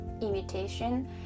imitation